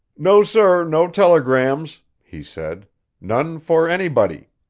no, sir, no telegrams, he said none for anybody.